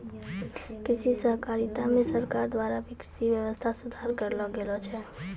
कृषि सहकारिता मे सरकार द्वारा भी कृषि वेवस्था सुधार करलो गेलो छै